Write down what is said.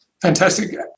Fantastic